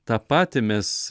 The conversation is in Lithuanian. tą patį mes